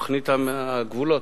תוכנית הגבולות,